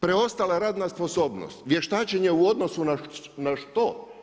Preostala radna sposobnost, vještačenje u odnosu na što?